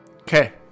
okay